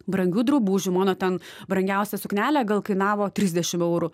brangių drabužių mano ten brangiausia suknelė gal kainavo trisdešim eurų